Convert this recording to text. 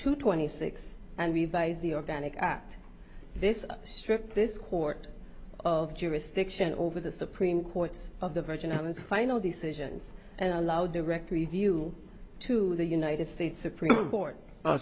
two twenty six and revise the organic act this strip this court of jurisdiction over the supreme court's of the virgin islands final decisions and allow directory view to the united states supreme court